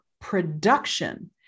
production